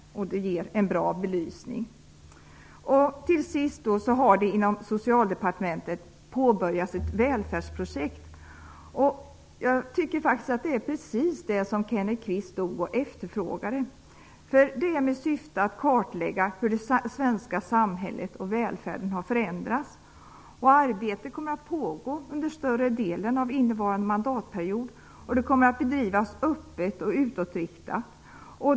Det ger en bra belysning. 5. Dessutom har det inom Socialdepartementet påbörjats ett välfärdsprojekt med syfte att kartlägga hur det svenska samhället och välfärden har förändrats. Arbetet kommer att pågå under större delen av innevarande mandatperiod, och det kommer att bedrivas öppet och utåtriktat.